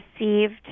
received